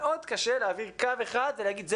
מאוד קשה להעביר קו אחד ולהגיד,